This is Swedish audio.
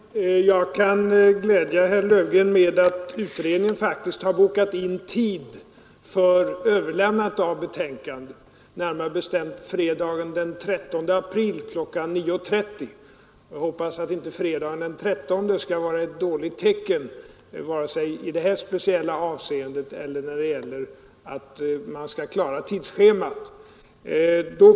Herr talman! Jag kan glädja herr Löfgren med att utredningen faktiskt har bokat in tid för överlämnandet av sitt betänkande, nämligen fredagen den 13 april kl. 9.30. Jag hoppas att inte fredagen den 13 skall vara ett dåligt tecken vare sig i detta speciella avseende eller när det gäller att klara tidsschemat.